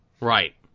Right